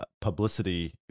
publicity